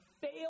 fail